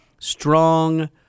strong